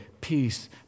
peace